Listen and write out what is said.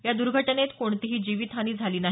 या दुर्घटनेत कोणतीही जीवितहानी झाली नाही